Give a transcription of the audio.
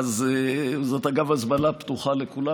זו, אגב, הזמנה פתוחה לכולם.